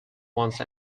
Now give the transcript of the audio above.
once